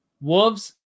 Wolves